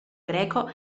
greco